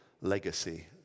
legacy